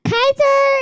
Kaiser